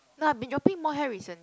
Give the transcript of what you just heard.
no I've been dropping more hair recently